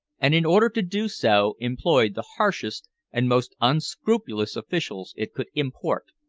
and in order to do so employed the harshest and most unscrupulous officials it could import.